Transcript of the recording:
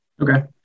Okay